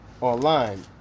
online